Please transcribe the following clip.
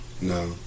No